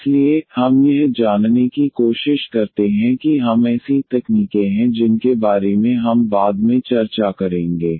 इसलिए हम यह जानने की कोशिश करते हैं कि हम ऐसी तकनीकें हैं जिनके बारे में हम बाद में चर्चा करेंगे